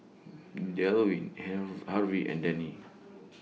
Delwin Harvey and Dannie